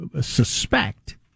suspect